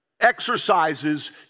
exercises